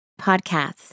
podcasts